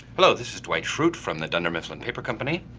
hello, this is dwight schrute from the dunder-mifflin paper company.